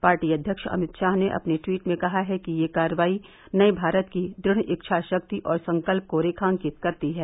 party अध्यक्ष अमित शाह ने अपने ट्वीट में कहा है कि यह कार्रवाई नये भारत की दृढ़ इच्छा शक्ति और संकल्प को रेखांकित करती है